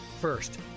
First